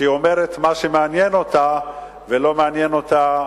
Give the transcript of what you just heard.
שאומרת מה שמעניין אותה ולא מעניין אותה